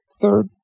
third